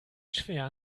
schwer